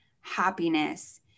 happiness